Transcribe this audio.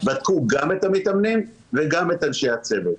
בדקו גם את המתאמנים וגם את אנשי הצוות.